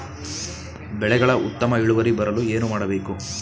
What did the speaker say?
ಬೆಳೆಗಳ ಉತ್ತಮ ಇಳುವರಿ ಬರಲು ಏನು ಮಾಡಬೇಕು?